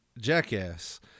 jackass